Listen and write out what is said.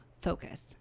focus